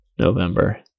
November